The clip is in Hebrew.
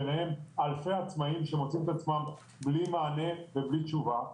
ביניהם אלפי עצמאים שמצאו את עצמם בלי מענה ובלי תשובה.